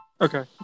Okay